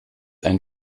einen